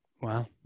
Wow